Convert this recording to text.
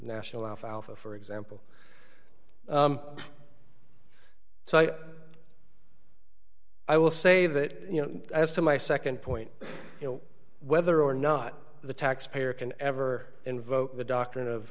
national alfalfa for example so i will say that you know as to my nd point you know whether or not the taxpayer can ever invoke the doctrine of